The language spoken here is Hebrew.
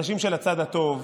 אנשים של הצד הטוב,